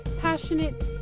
passionate